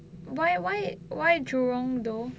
why why why jurong though